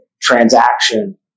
transaction